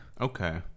Okay